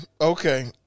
Okay